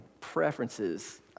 preferences